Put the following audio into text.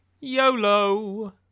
YOLO